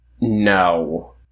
No